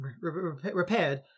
repaired